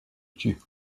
tue